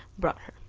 brought her.